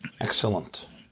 Excellent